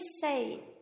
say